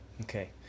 Okay